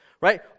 right